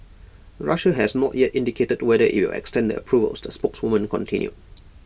Russia has not yet indicated whether IT will extend the approvals the spokeswoman continued